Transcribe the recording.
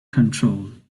control